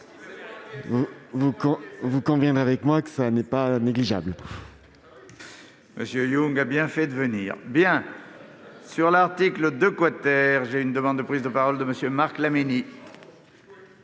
Vous conviendrez avec moi que ce n'est pas négligeable.